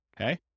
okay